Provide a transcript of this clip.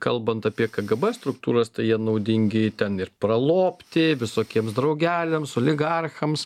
kalbant apie kgb struktūras tai jie naudingi ten ir pralobti visokiems draugeliams oligarchams